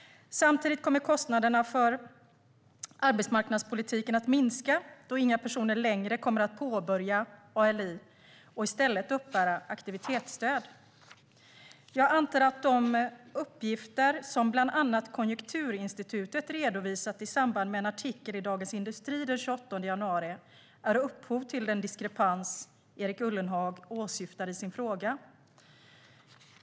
Samtidigt kommer kostnaderna för arbetsmarknadspolitiken att minska då inga personer längre kommer att påbörja ALI och i stället uppbära aktivitetsstöd. Jag antar att de uppgifter som bland annat Konjunkturinstitutet redovisat i samband med en artikel i Dagens industri den 28 januari är upphov till den diskrepans Erik Ullenhag åsyftar i sin fråga.